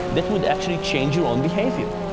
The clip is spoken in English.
that it would actually change your own behavior?